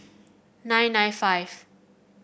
nine nine five